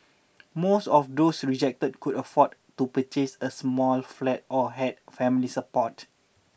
most of those rejected could afford to purchase a small flat or had family support